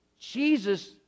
Jesus